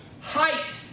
height